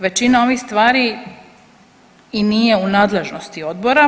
Većina ovih stvari i nije u nadležnosti odbora.